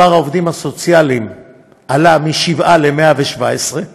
מספר העובדים הסוציאליים גדל משבעה ל-117,